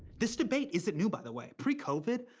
this debate isn't new, by the way. pre-covid,